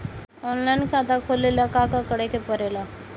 Online खाता खोले ला का का करे के पड़े ला?